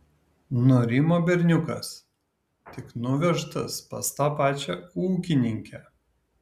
nurimo berniukas tik nuvežtas pas tą pačią ūkininkę